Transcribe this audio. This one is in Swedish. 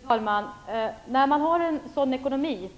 Fru talman! När man har en sådan ekonomi